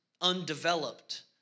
undeveloped